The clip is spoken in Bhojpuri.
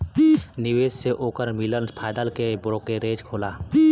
निवेश से ओकर मिलल फायदा के ब्रोकरेज होला